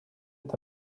est